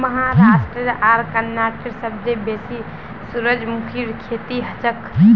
महाराष्ट्र आर कर्नाटकत सबसे बेसी सूरजमुखीर खेती हछेक